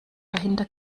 dahinter